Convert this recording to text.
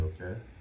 okay